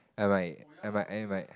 I might I might I might